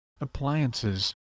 appliances